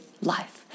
life